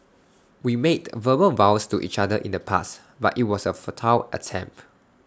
we made verbal vows to each other in the past but IT was A futile attempt